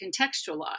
contextualize